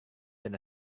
than